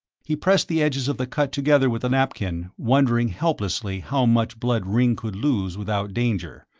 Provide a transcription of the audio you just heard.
he pressed the edges of the cut together with the napkin, wondering helplessly how much blood ringg could lose without danger,